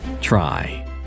Try